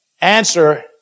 answer